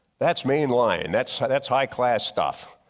that's mainline, and that's high that's high class stuff.